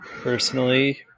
personally